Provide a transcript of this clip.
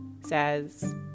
says